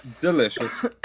delicious